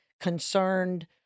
concerned